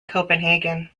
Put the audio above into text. copenhagen